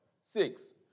Six